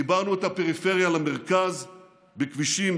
חיברנו את הפריפריה למרכז בכבישים,